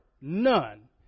None